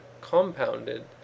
compounded